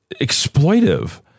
exploitive